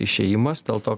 išėjimas dėl to